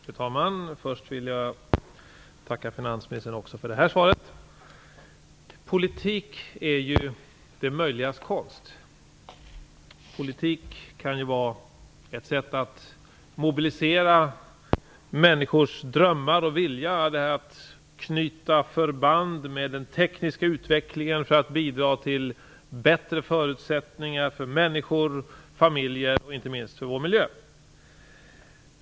Fru talman! Jag vill tacka finansministern också för det här svaret. Politik är ju det möjligas konst. Politik kan vara ett sätt att mobilisera människors drömmar och vilja att knyta band med den tekniska utvecklingen för att bidra till bättre förutsättningar för människor och familjer och, inte minst, för vår miljö.